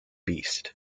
beast